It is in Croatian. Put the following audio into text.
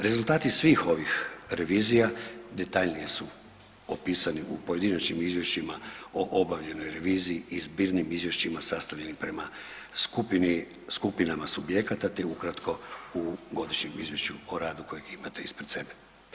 Rezultati svih ovih revizija detaljnije su opisani u pojedinačnim izvješćima o obavljenoj reviziji i zbirnim izvješćima sastavljenim prema skupini, skupinama subjekata, te ukratko u Godišnjem izvješću o radu kojeg imate ispred sebe.